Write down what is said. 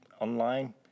online